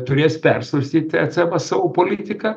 turės persvarstyt ecebas savo politiką